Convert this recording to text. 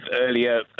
earlier